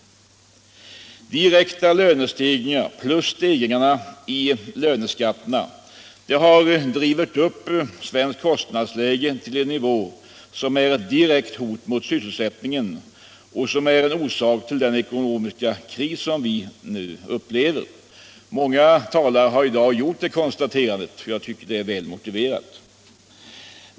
Direkta lönestegringar plus stegringar i löneskatterna har drivit upp svenskt kostnadsläge till en nivå som är ett direkt hot mot sysselsättningen och som är en av orsakerna till den ekonomiska kris vi nu upplever. Många talare har i dag konstaterat detta, och jag tycker det är motiverat.